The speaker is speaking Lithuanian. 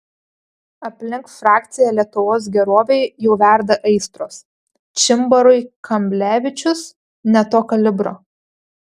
aplink frakciją lietuvos gerovei jau verda aistros čimbarui kamblevičius ne to kalibro